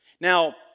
Now